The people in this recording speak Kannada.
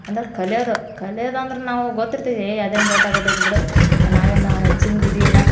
ಅಂದ್ರೆ ಕಲಿಯೋದು ಕಲ್ಯೋದಂದ್ರೆ ನಾವು ಗೊತ್ತಿರ್ತೈತೆ ಏಯ್ ಅದೇನು ದೊಡ್ಡ ಆಗೋದೈತೆ ಬಿಡು ನಾವೇನು ಹೆಚ್ಚಿಂದು ಇದಿಲ್ಲ